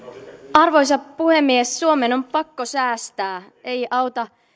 arvoisa puhemies suomen on pakko säästää ei auta